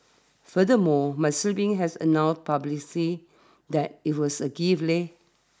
furthermore my siblings has announced publicly that it was a gift leh